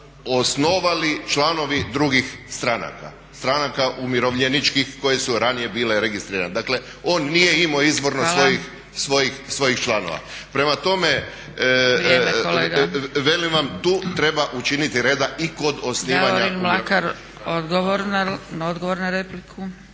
osnovali članovi drugih stranaka, stranaka umirovljeničkih koje su ranije bile registrirane. Dakle, on nije imao izvorno svojih članova. Prema tome, velim vam tu treba učiniti reda i kod osnivanja.